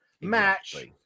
match